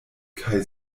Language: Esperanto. kaj